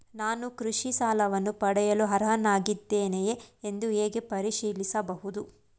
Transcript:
ನಾನು ಕೃಷಿ ಸಾಲವನ್ನು ಪಡೆಯಲು ಅರ್ಹನಾಗಿದ್ದೇನೆಯೇ ಎಂದು ಹೇಗೆ ಪರಿಶೀಲಿಸಬಹುದು?